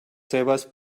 seves